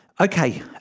Okay